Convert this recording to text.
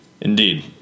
Indeed